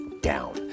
down